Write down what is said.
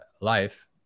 life